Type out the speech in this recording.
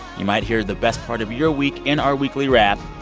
you might hear the best part of your week in our weekly wrap.